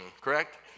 correct